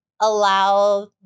Allow